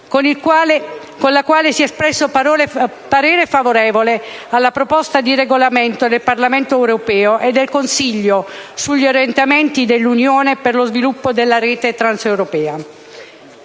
con la quale si è espresso parere favorevole alla proposta di regolamento del Parlamento europeo e del Consiglio sugli orientamenti dell'Unione per lo sviluppo della rete transeuropea,